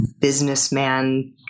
businessman